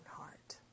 heart